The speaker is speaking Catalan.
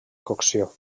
cocció